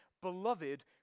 Beloved